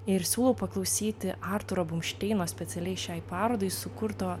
ir siūlau paklausyti artūro blumšteino specialiai šiai parodai sukurto